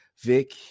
Vic